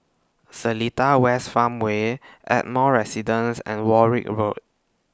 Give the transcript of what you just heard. Seletar West Farmway Ardmore Residence and Warwick Road